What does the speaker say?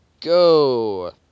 go